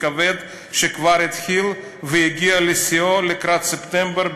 כבד שכבר התחיל ויגיע לשיאו לקראת ספטמבר,